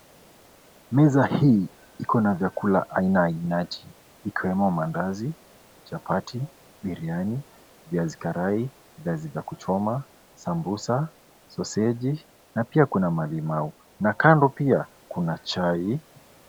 Meza hii ikona vyakula aina ainati ikiwemo mandazi, chapati, biriani, viazi karai, viazi za kuchoma, sambusa, soseji na pia kuna malimau na kando pia, kuna chai.